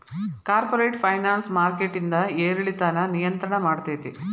corporate finance ಮಾರ್ಕೆಟಿಂದ್ ಏರಿಳಿತಾನ ನಿಯಂತ್ರಣ ಮಾಡ್ತೇತಿ